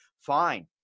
fine